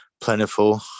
plentiful